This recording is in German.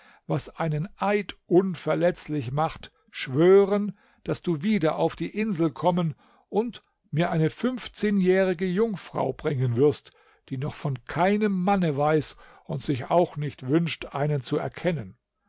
was einen eid unverletzlich macht schwören daß du wieder auf die insel kommen und mir eine fünfzehnjährige jungfrau bringen wirst die noch von keinem manne weiß und sich auch nicht wünscht einen zu erkennen